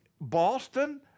Boston